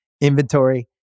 inventory